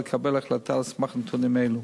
לקבל החלטה על סמך נתונים אלו?